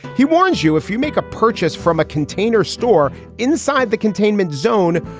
he warns you if you make a purchase from a container store inside the containment zone,